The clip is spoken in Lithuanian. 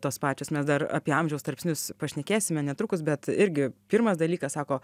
tos pačios mes dar apie amžiaus tarpsnius pašnekėsime netrukus bet irgi pirmas dalykas sako